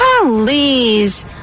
Please